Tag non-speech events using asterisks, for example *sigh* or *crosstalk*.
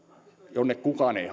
jonne kukaan ei *unintelligible*